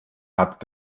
hat